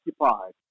occupied